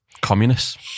Communists